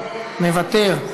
מוותר,